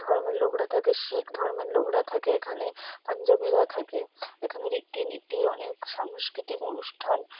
ধর্মের লোকরা থাকে শিখ ধর্মের লোকরা থাকে এখানে পাঞ্জাবিরা থাকে এখানে রীতিনীতি অনেক সাংস্কৃতিক অনুষ্ঠান